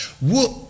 Whoop